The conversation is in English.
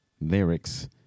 lyrics